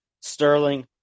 sterling